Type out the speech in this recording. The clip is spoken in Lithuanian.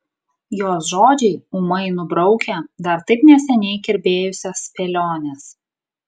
jos žodžiai ūmai nubraukia dar taip neseniai kirbėjusias spėliones